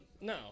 no